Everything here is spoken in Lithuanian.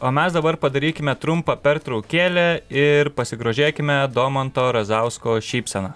o mes dabar padarykime trumpą pertraukėlę ir pasigrožėkime domanto razausko šypsena